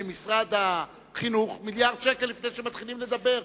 למשרד החינוך מיליארד שקל לפני שמתחילים לדבר על,